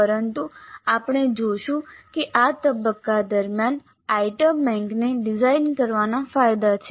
પરંતુ આપણે જોશું કે આ તબક્કા દરમિયાન આઇટમ બેંકને ડિઝાઇન કરવાના ફાયદા છે